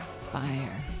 Fire